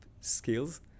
skills